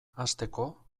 hasteko